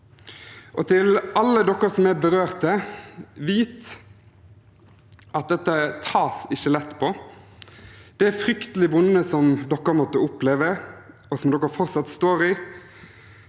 til alle dere som er berørt: Vit at det ikke tas lett på dette. Det fryktelig vonde som dere måtte oppleve, og som dere fortsatt står i,